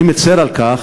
אני מצר על כך,